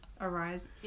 arise